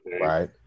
right